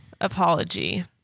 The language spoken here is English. apology